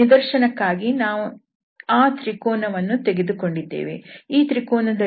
ನಿದರ್ಶನಕ್ಕಾಗಿ ನಾವು ಆ ತ್ರಿಕೋನವನ್ನು ತೆಗೆದು ಕೊಂಡಿದ್ದೇವೆ